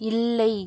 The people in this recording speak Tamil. இல்லை